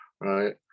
Right